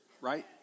right